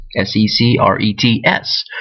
S-E-C-R-E-T-S